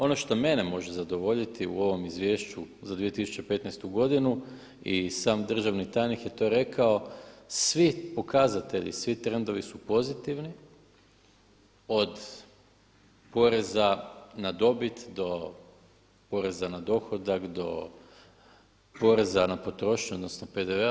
Ono što mene može zadovoljiti u ovom izvješću za 2015. godinu i sam državni tajnik je to rekao svi pokazatelji, svi trendovi su pozitivni od poreza na dobit do poreza na dohodak do poreza na potrošnju, odnosno PDV-a.